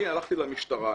הלכתי למשטרה,